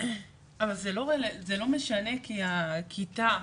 אבל זה לא משנה, כי הכיתה,